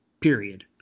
period